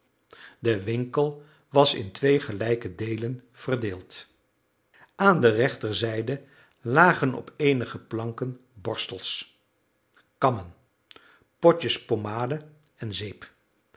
de winkel was in twee gelijke deelen verdeeld aan de rechterzijde lagen op eenige planken borstels kammen potjes pomade en zeep